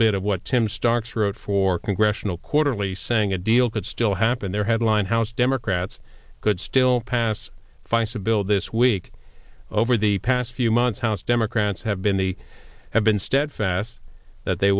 bit of what tim stark's wrote for congressional quarterly saying a deal could still happen there headlined house democrats could still pass fights a bill this week over the past few months house democrats have been they have been steadfast that they